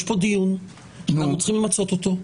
יש פה דיון, אנחנו צריכים למצות אותו.